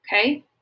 okay